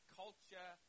culture